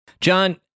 John